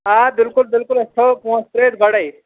آ بِلکُل بِلکُل أسۍ تھوو پۅنٛسہٕ ترٛٲوِتھ گۄڈٕے